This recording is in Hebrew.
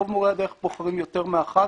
רוב מורי הדרך בוחרים יותר מאחת,